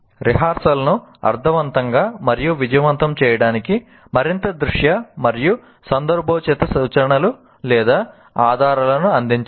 రిహార్సల్ను అర్ధవంతంగా మరియు విజయవంతం చేయడానికి మరింత దృశ్య మరియు సందర్భోచిత సూచనలు లేదా ఆధారాలను అందించండి